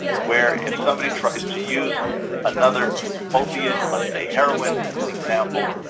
where if somebody tries to use another opioid, let's say heroin as an example,